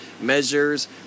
measures